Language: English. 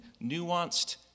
nuanced